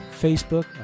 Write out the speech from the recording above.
Facebook